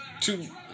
Two